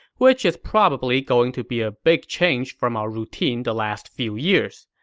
which is probably going to be a big change from our routine the last few years.